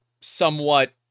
somewhat